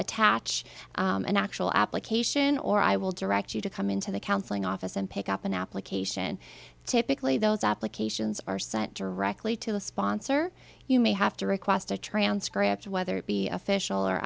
attach an actual application or i will direct you to come into the counseling office and pick up an application typically those applications are sent directly to a sponsor you may have to request a transcript whether it be official or